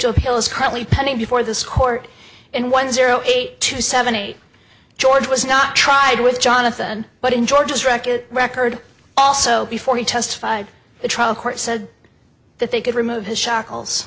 is currently pending before this court and one zero eight two seven eight george was not tried with jonathan but in george's record record also before he testified the trial court said that they could remove his shackles